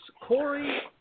Corey –